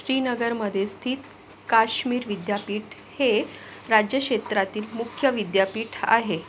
श्रीनगरमध्ये स्थित काश्मीर विद्यापीठ हे राज्यक्षेत्रातील मुख्य विद्यापीठ आहे